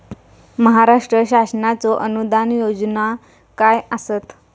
महाराष्ट्र शासनाचो अनुदान योजना काय आसत?